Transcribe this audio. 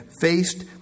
faced